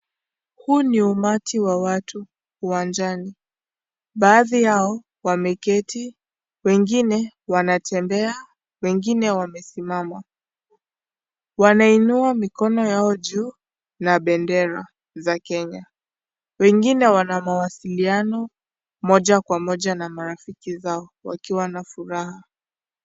Huu ni umati wa watu uwanjani, baadhi yao wameketi, wengine wanatembea, wengine wamesimama wanainua mikono yao juu na bendera za Kenya, wengine Wana mawasiliano moja kwa moja na marafiki zao wakiwa na furaha.